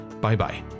Bye-bye